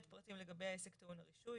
פרטים לגבי העסק טעון הרישוי,